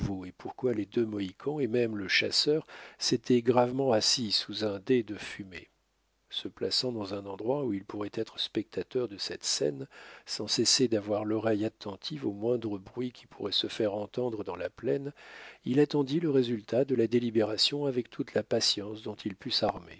et pourquoi les deux mohicans et même le chasseur s'étaient gravement assis sous un dais de fumée se plaçant dans un endroit où il pourrait être spectateur de cette scène sans cesser d'avoir l'oreille attentive au moindre bruit qui pourrait se faire entendre dans la plaine il attendit le résultat de la délibération avec toute la patience dont il put s'armer